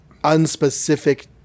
unspecific